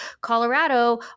Colorado